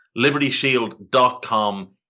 libertyshield.com